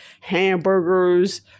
hamburgers